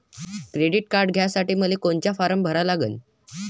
Credit card घ्यासाठी मले कोनचा फारम भरा लागन?